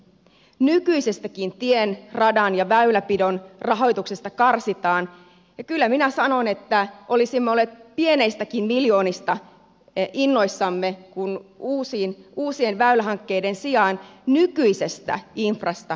nykyisestäkin tien radan ja väylänpidon rahoituksesta karsitaan ja kyllä minä sanon että olisimme olleet pienistäkin miljoonista innoissamme kun uusien väylähankkeiden sijaan nykyisestä infrasta pidettäisiin huolta